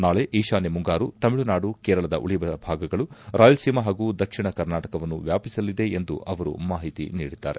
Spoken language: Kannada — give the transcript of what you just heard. ನಾಳೆ ಈಶಾನ್ಯ ಮುಂಗಾರು ತಮಿಳುನಾಡು ಕೇರಳದ ಉಳಿದ ಭಾಗಗಳು ರಾಯಲ್ ಸೀಮಾ ಹಾಗೂ ದಕ್ಷಿಣ ಕರ್ನಾಟಕವನ್ನು ವ್ಯಾಪಿಸಲಿದೆ ಎಂದು ಅವರು ಮಾಹಿತಿ ನೀಡಿದ್ದಾರೆ